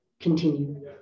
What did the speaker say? continue